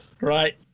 right